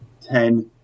ten